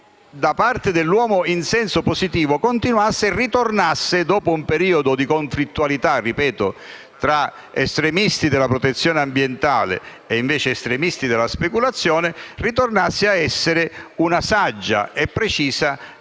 da parte dell'uomo in senso positivo, continuasse e che dopo un periodo di conflittualità, ripeto, tra estremisti della protezione ambientale ed estremisti della speculazione, ritornasse ad essere anch'essa una saggia e precisa